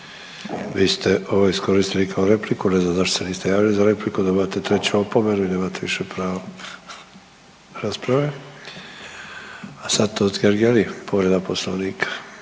Vi ste ovo iskoristili kao repliku ne znam zašto se niste javili za repliku dobivate treću opomenu i nemate više pravo rasprave. A sad Totgergeli povreda poslovnika.